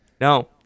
no